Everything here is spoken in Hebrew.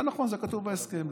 זה נכון, זה כתוב בהסכם.